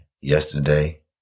yesterday